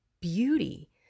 beauty